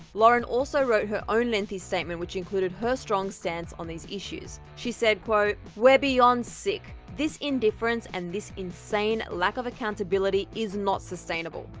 lauren also wrote her own lengthy statement which included her strong stance on these issues. she said quote, we're beyond sick. this indifference and this insane lack of accountability is not sustainable.